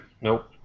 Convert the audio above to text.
Nope